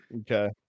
Okay